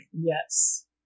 Yes